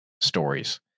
stories